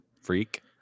freak